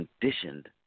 conditioned